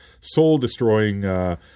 soul-destroying